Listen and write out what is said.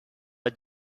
are